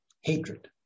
hatred